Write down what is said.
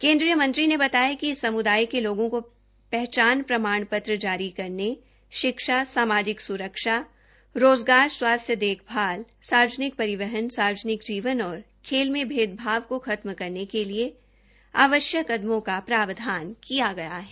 केन्द्रीय मंत्री ने बताया कि इस समुदाय के लोगों को पहचान प्रमाणपत्र जारी करने शिक्षा सामाजिक सुरक्षा रोजगार स्वास्थ्य देखभाल सार्वजनिक परिवहन सार्वजनिक जीवन और खेल आदि में भेदभाव को खत्म करने के लिए आवश्यक कदमों का प्रावधान किया गया है